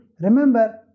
Remember